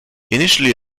initially